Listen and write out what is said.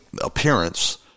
appearance